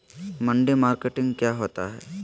मंडी मार्केटिंग क्या होता है?